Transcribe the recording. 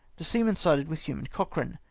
the seamen sided with hume and cochrane.